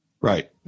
Right